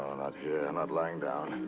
not here. and not lying down.